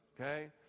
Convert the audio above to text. okay